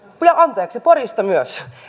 anteeksi porista myös